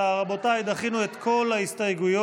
רבותיי, דחינו את כל ההסתייגויות,